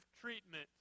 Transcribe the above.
treatment